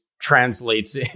translates